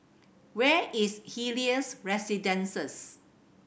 where is Helios Residences